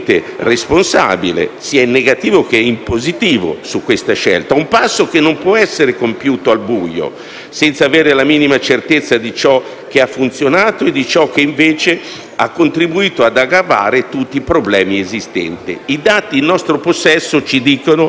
responsabile, sia in negativo che in positivo, su questa scelta. Un simile passo non può essere compiuto al buio, senza avere la minima certezza di ciò che ha funzionato e di ciò che, invece, ha contribuito ad aggravare tutti i problemi esistenti. I dati in nostro possesso ci dicono